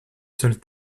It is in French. seuls